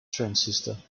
transistor